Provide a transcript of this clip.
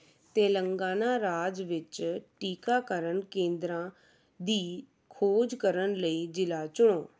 ਤੇਲੰਗਾਨਾ ਰਾਜ ਵਿੱਚ ਟੀਕਾਕਰਨ ਕੇਂਦਰਾਂ ਦੀ ਖੋਜ ਕਰਨ ਲਈ ਜ਼ਿਲ੍ਹਾ ਚੁਣੋ